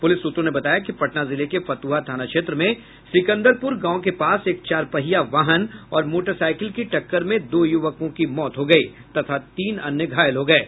police सूत्रों ने बताया कि पटना जिले के फतुहा थाना क्षेत्र में सिकंदरपुर गांव के पास एक चार पहिया वाहन और मोटरसाइकिल की टक्कर में दो युवकों की मौत हो गयी तथा तीन अन्य घायल हो गये